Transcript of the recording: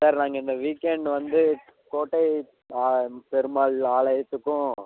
sir நாங்கள் இந்த weekend வந்து கோட்டை பெருமாள் ஆலயத்துக்கும்